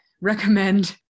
recommend